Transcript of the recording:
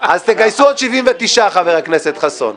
אז תגייסו עוד 79, חבר הכנסת חסון.